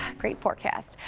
great forecast!